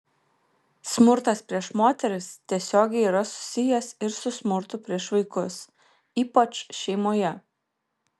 smurtas prieš moteris tiesiogiai yra susijęs ir su smurtu prieš vaikus ypač šeimoje